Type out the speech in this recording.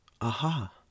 aha